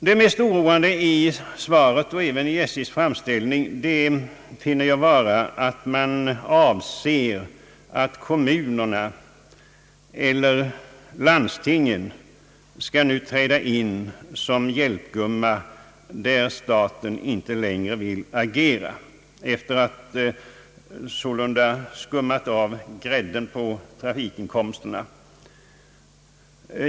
Det mest oroande i svaret och även i SJ:s framställning finner jag vara, att man avser att kommunerna eller landstingen nu skall träda in som hjälpgumma där staten inte längre vill agera — efter att sålunda ha skummat av grädden på trafikinkomsterna.